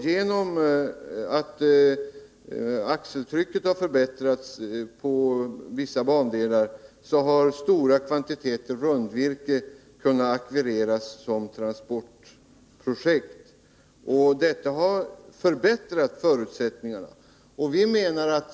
Genom att vissa bandelar har förbättrats, så att de nu tål ett högre axeltryck, har stora kvantiteter rundvirke kunnat ackvireras som transportobjekt. Detta har förbättrat förutsättningarna.